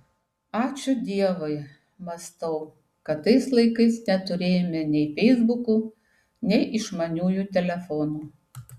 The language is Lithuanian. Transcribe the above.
ačiū dievui mąstau kad tais laikais neturėjome nei feisbukų nei išmaniųjų telefonų